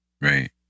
Right